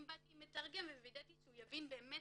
אז אם באתי עם מתרגם אז וידאתי שהוא יבין באמת